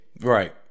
Right